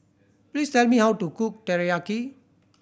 please tell me how to cook Teriyaki